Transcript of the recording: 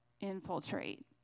infiltrate